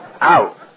out